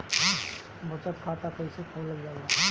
बचत खाता कइसे खोलल जाला?